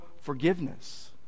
forgiveness